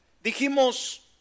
dijimos